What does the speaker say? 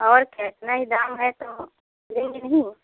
और क्या इतना ही दाम है तो लेंगे नहीं